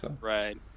Right